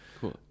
Cool